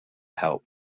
help